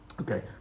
okay